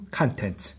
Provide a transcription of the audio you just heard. content